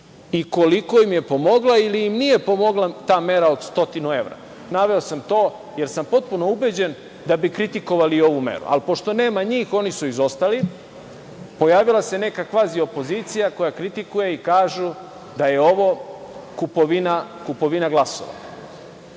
i koliko im je pomogla ili im nije pomogla ta mera od 100 evra. Naveo sam to jer sam potpuno ubeđen da bi kritikovali i ovu meru, ali pošto nema njih, oni su izostali, pojavila se neka kvazi-opozicija koja kritikuje i kažu da je ovo kupovina glasova.